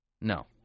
No